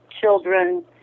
children